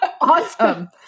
Awesome